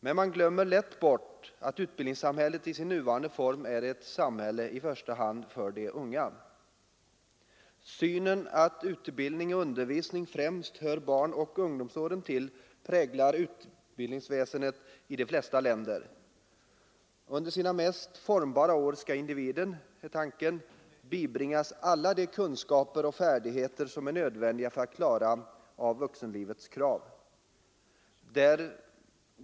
Men man glömmer lätt bort att utbildningssamhället i sin nuvarande form är ett samhälle i första hand för de unga. Synen att utbildning och undervisning främst hör barnaoch ungdomsåren till präglar utbildningsväsendet i de flesta länder. Under sina mest formbara år skall individen, är tanken, bibringas alla de kunskaper och färdigheter som är nödvändiga för att klara av vuxenlivets krav.